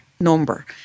Number